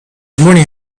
morning